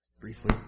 briefly